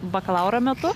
bakalauro metu